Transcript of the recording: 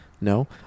No